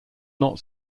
not